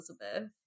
elizabeth